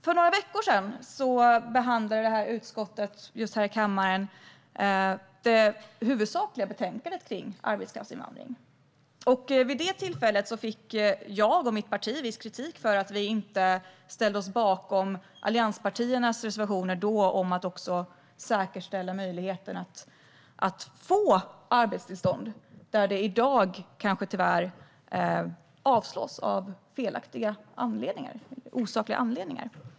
För några veckor sedan behandlade utskottet här i kammaren det huvudsakliga betänkandet kring arbetskraftsinvandring. Vid det tillfället fick jag och mitt parti viss kritik för att vi inte ställde oss bakom allianspartiernas reservationer om att säkerställa möjligheten att få arbetstillstånd där det i dag kanske tyvärr avslås av felaktiga och osakliga anledningar.